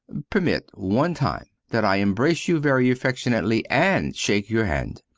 permit, one time, that i embrace you very affectuously, and shake your hand.